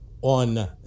on